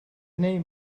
name